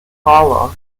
carlos